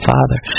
Father